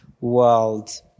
world